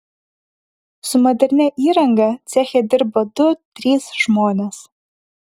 su modernia įranga ceche dirba du trys žmonės